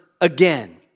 again